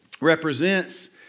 represents